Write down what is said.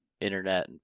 Internet